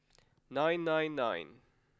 nine nine nine